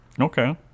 Okay